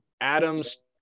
Adams